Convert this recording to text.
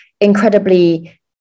incredibly